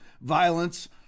violence